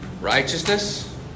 righteousness